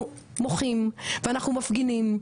אנחנו מוחים ואנחנו מפגינים,